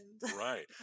Right